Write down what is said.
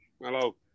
hello